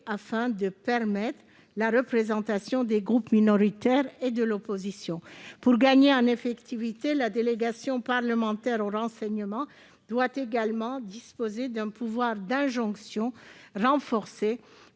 et de permettre la représentation des groupes minoritaires et de l'opposition. Pour gagner en effectivité, la délégation parlementaire au renseignement doit également disposer d'un pouvoir d'injonction renforcé